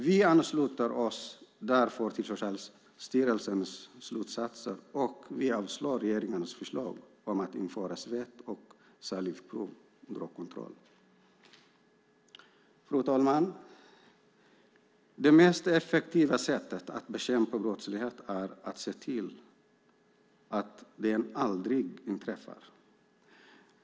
Vi ansluter oss därför till Socialstyrelsens slutsatser och vi avstyrker regeringens förslag om att införa svett och salivprov som drogkontroll. Fru talman! Det mest effektiva sättet att bekämpa brottslighet är att se till att den aldrig inträffar.